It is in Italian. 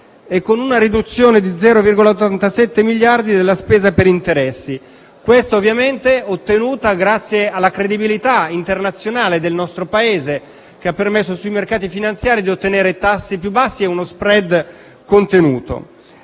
e con una riduzione di 0,87 miliardi della spesa per interessi, ovviamente ottenuta grazie alla credibilità internazionale del nostro Paese che ha permesso sui mercati finanziari di ottenere tassi più bassi e uno *spread* contenuto.